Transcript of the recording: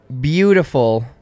beautiful